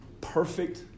Perfect